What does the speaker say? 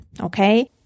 Okay